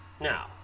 Now